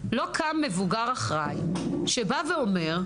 לא קם מבוגר אחראי שבא ואומר,